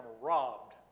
robbed